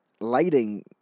lighting